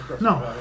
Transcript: no